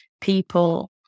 people